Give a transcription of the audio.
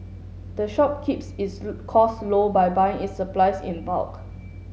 the shop keeps its costs low by buying its supplies in bulk